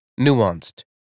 nuanced